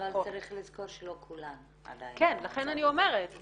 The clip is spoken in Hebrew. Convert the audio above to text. אבל צריך לזכור שלא כולן עדיין במצב הזה.